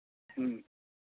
ᱦᱮᱸ